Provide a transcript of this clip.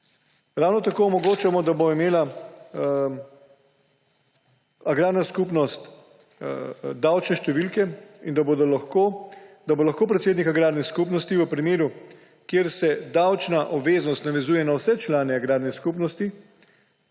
Ravno tako omogočamo, da bo imela agrarna skupnost davčne številke in da bo lahko predsednik agrarne skupnosti v primeru, kjer se davčna obveznost navezuje na vse člane agrarne skupnosti